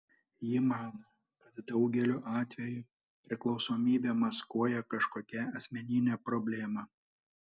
ji mano kad daugeliu atveju priklausomybė maskuoja kažkokią asmeninę problemą